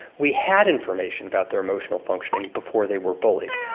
we had information about their emotional functioning before they were bullied,